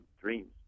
dreams